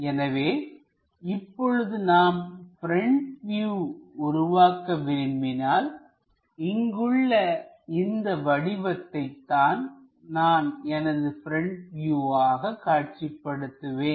எனவே இப்பொழுது நாம் ப்ரெண்ட் வியூ உருவாக்க விரும்பினால்இங்குள்ள இந்த வடிவத்தை தான் நான் எனது ப்ரெண்ட் வியூவில் காட்சிப்படுத்துவேன்